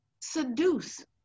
seduce